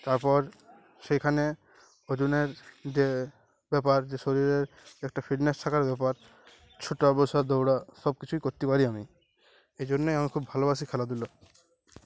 তারপর সেইখানে ওজনের যে ব্যাপার যে শরীরের একটা ফিটনেস থাকার ব্যাপার ছোটা বসা দৌড়া সব কিছুই করতে পারি আমি এই জন্যেই আমার খুব ভালোবাসি খেলাধুলো